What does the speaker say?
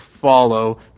follow